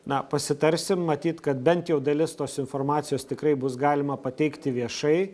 na pasitarsim matyt kad bent jau dalis tos informacijos tikrai bus galima pateikti viešai